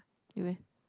you leh